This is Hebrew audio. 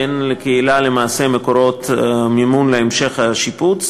כי אין לקהילה למעשה מקורות מימון להמשך השיפוץ.